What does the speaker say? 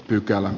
pykälä